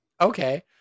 Okay